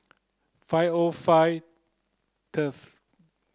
five O five